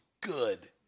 good